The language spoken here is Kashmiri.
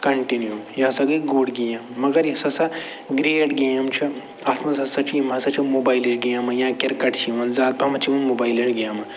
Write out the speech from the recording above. کنٛٹِنیوٗ یہِ ہسا گٔے گُڈ گیم مگر یُس ہَسا گرٛیٹ گیم چھِ اَتھ منٛز ہَسا چھِ یِم ہَسا چھِ موبایلٕچ گیمہٕ یا کِرکٹ چھِ یِوان زیادٕ پہمتھ چھِ یِوان موبایلٕڈ گیمہٕ